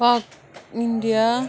پا اِنٛڈِیا